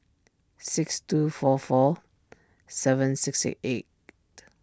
six two four four seven six six eight